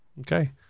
Okay